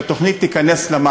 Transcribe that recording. אחרי שהתמניתי לתפקיד,